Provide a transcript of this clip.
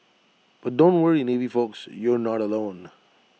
but don't worry navy folks you're not alone